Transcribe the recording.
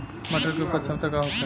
मटर के उपज क्षमता का होखे?